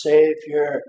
Savior